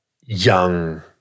young –